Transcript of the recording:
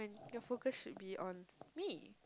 your focus should be on me